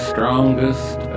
Strongest